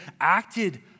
acted